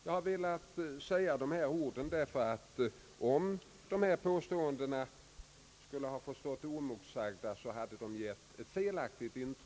Jag har velat säga dessa ord därför att de här påståendena hade gett ett felaktigt intryck om de fått stå oemotsagda. Jordbruket har inte som näring kommit i kläm. Staten har satsat betydande belopp.